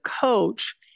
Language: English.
coach